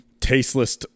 tasteless